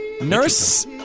Nurse